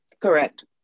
Correct